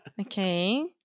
Okay